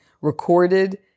recorded